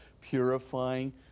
purifying